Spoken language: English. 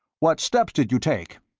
what steps did you take?